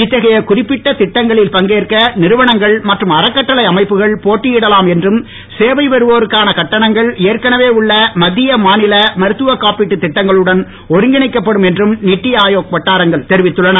இத்தகைய குறிப்பிட்ட திட்டங்களில் பங்கேற்க நிறுவனங்கள் மற்றும் அறக்கட்டளை அமைப்புகள் போட்டியிடலாம் என்றும் சேவை பெறுவோர்க்கான கட்டணங்கள் ஏற்கனவே உள்ள மத்திய மாநில மருத்துவ காப்பீட்டு திட்டங்களுடன் ஒருங்கிணைக்கப்படும் என்றும் நீத்தி ஆயோக் வட்டாரங்கள் தெரிவித்துள்ளன